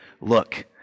look